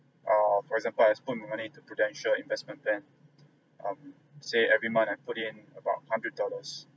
err for example as I put my money into Prudential investment plan um say every month I put in about hundred dollars